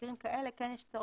פרנטלה?